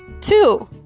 Two